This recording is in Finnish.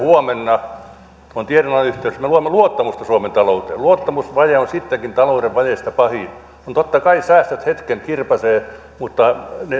huomenna on tietynlainen yhteys että me luomme luottamusta suomen talouteen luottamusvaje on sittenkin talouden vajeista pahin totta kai säästöt hetken kirpaisevat mutta